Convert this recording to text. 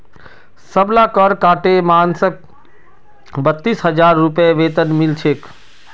सबला कर काटे मानसक बत्तीस हजार रूपए वेतन मिल छेक